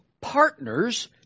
partners